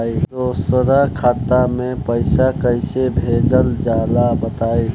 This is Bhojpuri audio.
दोसरा खाता में पईसा कइसे भेजल जाला बताई?